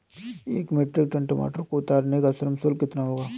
एक metric ton टमाटर को उतारने का श्रम शुल्क कितना होगा?